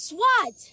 Swat